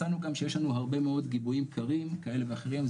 מצאנו גם שיש לנו הרבה מאוד גיבויים קרים כאלה ואחרים.